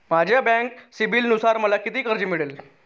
माझ्या बँक सिबिलनुसार मला किती कर्ज मिळेल?